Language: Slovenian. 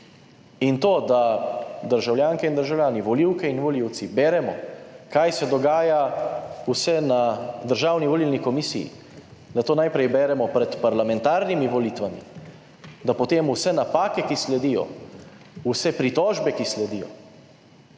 In to, da državljanke in državljani, volivke in volivci beremo, kaj vse se dogaja na Državni volilni komisiji, da to najprej beremo pred parlamentarnimi volitvami, da potem vse napake, ki sledijo, vse pritožbe, ki sledijo,